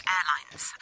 Airlines